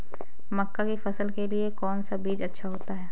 मक्का की फसल के लिए कौन सा बीज अच्छा होता है?